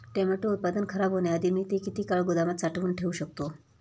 टोमॅटोचे उत्पादन खराब होण्याआधी मी ते किती काळ गोदामात साठवून ठेऊ शकतो?